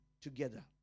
together